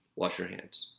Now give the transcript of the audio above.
wash your hands.